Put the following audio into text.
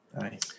Nice